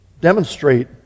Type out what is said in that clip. demonstrate